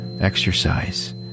exercise